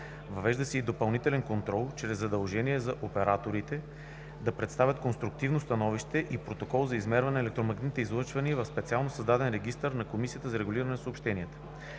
Въвежда се и допълнителен контрол чрез задължение за операторите да представят конструктивното становище и протокола за измерване на електромагнитните излъчвания в специално създаден регистър на Комисията за регулиране на съобщенията.